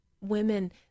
women